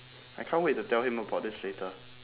I can't wait to tell him about this later